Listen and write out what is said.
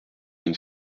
une